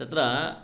तत्र